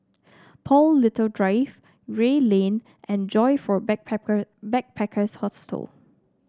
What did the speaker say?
Paul Little Drive Gray Lane and Joyfor Backpackers' Hostel